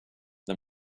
the